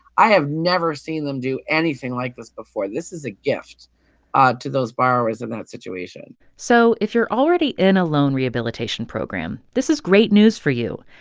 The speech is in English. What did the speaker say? i have never seen them do anything like this before. this is a gift ah to those borrowers in that situation so if you're already in a loan rehabilitation program, this is great news for you.